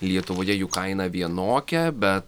lietuvoje jų kaina vienokia bet